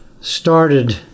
started